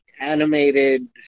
animated